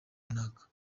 runaka